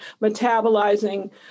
metabolizing